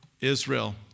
Israel